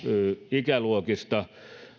ikäluokista